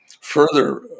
further